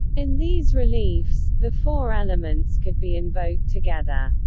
in these reliefs, the four elements could be invoked together.